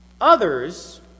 Others